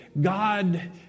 God